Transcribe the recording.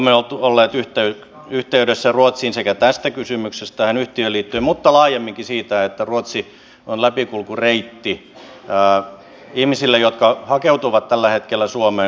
me olemme olleet yhteydessä ruotsiin sekä tästä kysymyksestä tähän yhtiöön liittyen että laajemminkin siitä että ruotsi on läpikulkureitti ihmisille jotka hakeutuvat tällä hetkellä suomeen